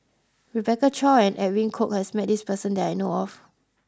Rebecca Chua and Edwin Koek has met this person that I know of